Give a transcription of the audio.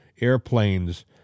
airplanes